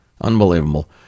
unbelievable